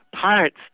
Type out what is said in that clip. parts